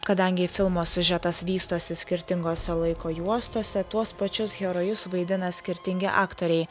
kadangi filmo siužetas vystosi skirtingose laiko juostose tuos pačius herojus vaidina skirtingi aktoriai